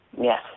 Yes